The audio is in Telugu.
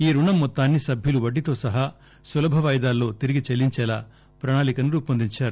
ఈ బుణం మొత్తాన్పి సభ్యులు వడ్డీతో సహా సులభ వాయిదాలో తిరిగి చెల్లించేలా ప్రణాళికను రుపొందించారు